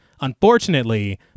unfortunately